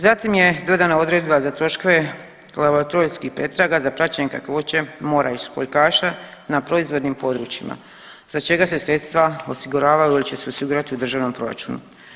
Zatim je dodana odredba za troškove laboratorijskih pretraga za praćenje kakvoće mora i školjkaša na proizvodnim područjima, za čega se sredstva osiguraju ili će se osigurati u državnom proračunu.